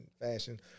fashion